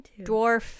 dwarf